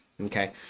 okay